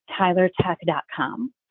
TylerTech.com